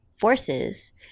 forces